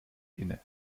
inne